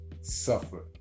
suffer